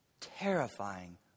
Terrifying